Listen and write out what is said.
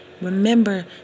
remember